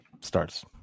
starts